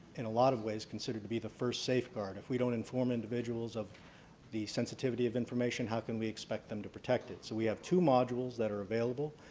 in a lot of ways considered to be the first safeguard. if we don't inform individuals of the sensitivity of information how can we expect them to protect it. so we have two modules that are available.